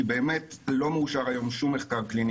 כי באמת לא מאושר היום שום מחקר קליני